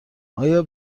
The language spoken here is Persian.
آیا